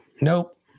nope